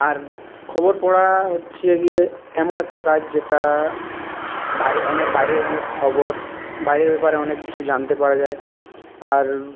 আর খবর পড়া হচ্ছে গিয়ে এমন একটা কাজ যেটা অনেক বাইরের অনেক খবর বাইরের ব্যাপারে অনেক কিছু জানতে পারা যায় আর